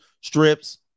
strips